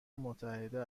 متحده